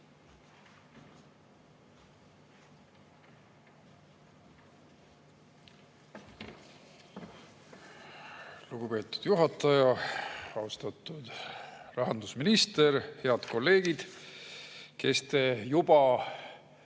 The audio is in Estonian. Lugupeetud juhataja! Austatud rahandusminister! Head kolleegid, kes te siin